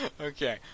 Okay